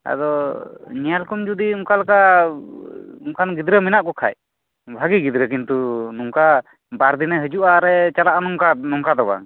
ᱟᱫᱚ ᱧᱮᱞ ᱠᱚᱢ ᱡᱩᱫᱤ ᱚᱱᱠᱟᱞᱮᱠᱟ ᱚᱱᱠᱟᱱ ᱜᱤᱫᱽᱨᱟᱹ ᱢᱮᱱᱟᱜ ᱠᱚᱠᱷᱟᱡ ᱵᱷᱟᱹᱜᱤ ᱜᱤᱫᱽᱨᱟᱹ ᱠᱤᱱᱛᱩ ᱱᱚᱝᱠᱟ ᱵᱟᱨ ᱫᱤᱱᱮᱭ ᱦᱤᱡᱩᱜᱼᱟ ᱪᱟᱞᱟᱜᱼᱟ ᱟᱨᱮᱭ ᱦᱤᱡᱩᱜᱼᱟ ᱱᱚᱝᱠᱟ ᱫᱚ ᱵᱟᱝ